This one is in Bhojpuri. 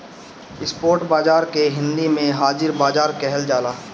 स्पॉट बाजार के हिंदी में हाजिर बाजार कहल जाला